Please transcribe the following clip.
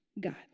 God